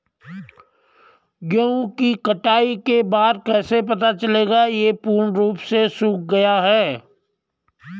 गेहूँ की कटाई के बाद कैसे पता चलेगा ये पूर्ण रूप से सूख गए हैं?